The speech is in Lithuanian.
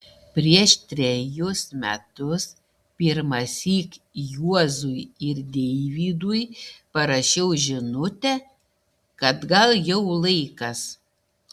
prieš trejus metus pirmąsyk juozui ir deivydui parašiau žinutę kad gal jau laikas